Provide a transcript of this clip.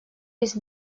есть